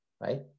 right